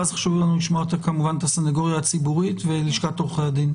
ואז חשוב לנו לשמוע את הסניגוריה הציבורית ולשכת עורכי הדין.